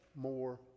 more